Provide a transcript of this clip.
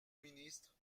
ministre